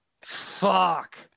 fuck